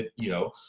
you know,